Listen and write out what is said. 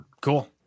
Cool